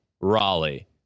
Raleigh